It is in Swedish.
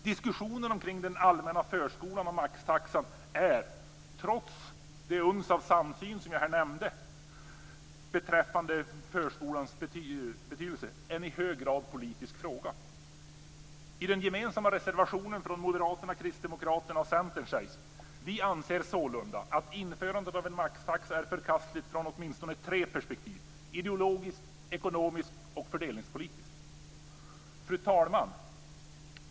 Diskussionen omkring den allmänna förskolan och maxtaxan är, trots det uns av samsyn som finns beträffande förskolans betydelse, en i hög grad politisk fråga. I den gemensamma reservationen från Moderaterna, Kristdemokraterna och Centern framgår följande: "Vi anser således att införandet av en maxtaxa är förkastligt från åtminstone tre perspektiv - ideologiskt, ekonomiskt och fördelningspolitiskt." Fru talman!